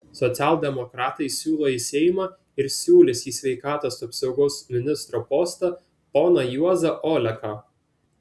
socialdemokratai siūlo į seimą ir siūlys į sveikatos apsaugos ministro postą poną juozą oleką